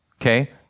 Okay